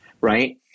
right